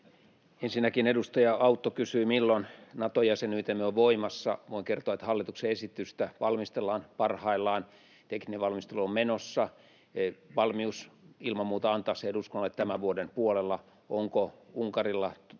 Ensinnäkin edustaja Autto kysyi, milloin Nato-jäsenyytemme on voimassa. Voin kertoa, että hallituksen esitystä valmistellaan parhaillaan. Tekninen valmistelu on menossa. On ilman muuta valmius antaa se eduskunnalle tämän vuoden puolella. Onko Unkarilla, Turkilla